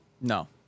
No